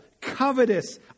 covetous